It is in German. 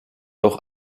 auch